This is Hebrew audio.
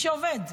מי שעובד.